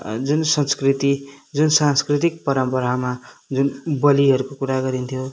जुन संस्कृति जुन सांस्कृतिक परम्परामा जुन बलिहरूको कुरा गरिन्थ्यो